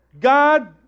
God